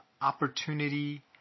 opportunity